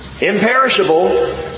Imperishable